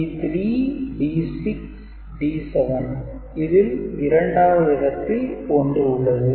D3 D6 D7 இதில் 2 வது இடத்தில் 1 உள்ளது